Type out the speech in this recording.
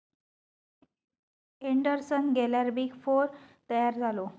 Anderson गेल्यार big four तयार झालो